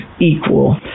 equal